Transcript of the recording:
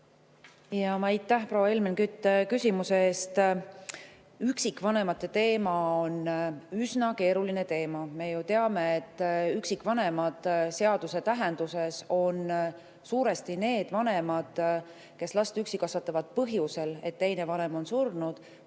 palun! Aitäh, proua Helmen Kütt, küsimuse eest! Üksikvanemate teema on üsna keeruline teema. Me ju teame, et üksikvanemad seaduse tähenduses on suuresti need vanemad, kes last üksi kasvatavad põhjusel, et teine vanem on surnud,